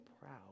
proud